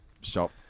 Shop